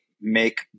make